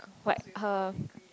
but her